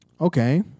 Okay